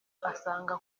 asanga